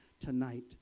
tonight